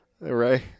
Right